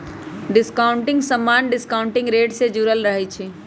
discounting समान्य discounting rate से जुरल रहै छइ